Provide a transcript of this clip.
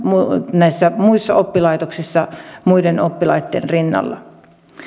muissa oppilaitoksissa muiden oppilaitten rinnalla